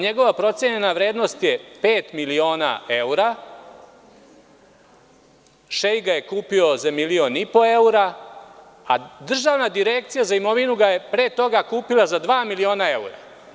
Njegova procenjena vrednost je pet miliona evra, šeik ga je kupio za milion i po evra, a Državna direkcija za imovinu ga je pre toga kupila za dva miliona evra.